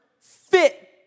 fit